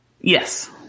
Yes